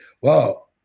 wow